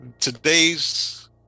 today's